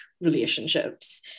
relationships